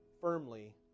firmly